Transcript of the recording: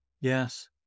Yes